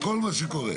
בכל מה שקורה.